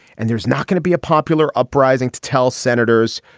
and there's not going to be a popular uprising to tell senators,